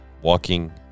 walking